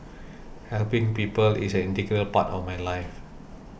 helping people is an integral part of my life